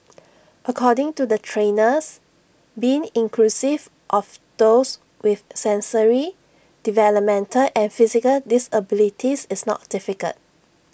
according to the trainers being inclusive of those with sensory developmental and physical disabilities is not difficult